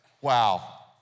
wow